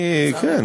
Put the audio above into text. כן,